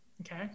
Okay